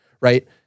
right